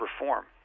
reform